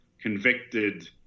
convicted